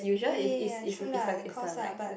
ya ya ya true lah the cost lah but